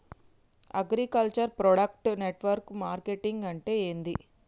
Agriculture product network marketing అంటే ఏంది?